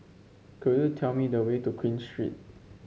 could you tell me the way to Queen Street